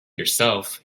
yourself